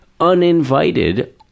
uninvited